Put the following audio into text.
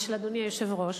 ושל אדוני היושב-ראש,